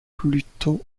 plutôt